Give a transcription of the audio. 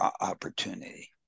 opportunity